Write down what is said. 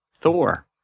Thor